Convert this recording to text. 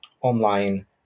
online